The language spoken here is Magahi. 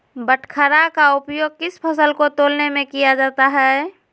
बाटखरा का उपयोग किस फसल को तौलने में किया जाता है?